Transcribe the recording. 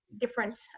different